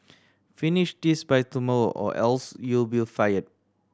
finish this by tomorrow or else you'll be fire